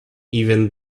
even